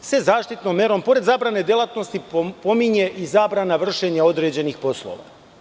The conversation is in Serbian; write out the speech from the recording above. se zaštitnom merom, pored zabrane delatnosti, pominje i zabrana vršenja određenih poslova.